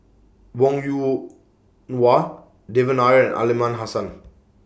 Wong Yoon Wah Devan Nair Aliman Hassan